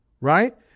right